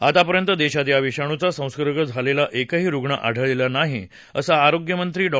आतापर्यंत देशात या विषाणूचा संसर्ग झालेला एकही रुग्ण आढळलेला नाही असं आरोग्यमंत्री डॉ